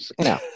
No